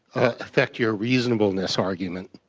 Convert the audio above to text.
affect your reasonableness argument?